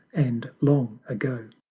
and long ago.